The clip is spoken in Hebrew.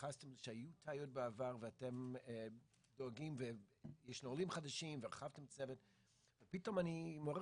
התייחסתם לטעויות שהיו בעבר ואתם דואגים --- פתאום זה מעורר